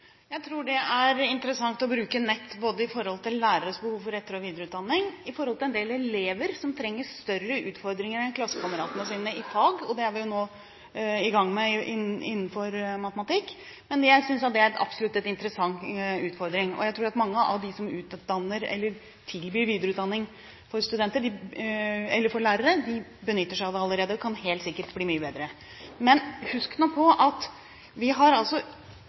Jeg tror det er interessant å bruke nett, både med tanke på læreres behov for etter- og videreutdanning og når det gjelder en del elever som trenger større utfordringer enn klassekameratene sine i fag. Det er vi nå i gang med innenfor matematikk. Men jeg synes at det absolutt er en interessant utfordring. Jeg tror at mange av dem som tilbyr videreutdanning for lærere, benytter seg av det allerede – og det kan sikkert bli mye bedre. Husk nå på at vi har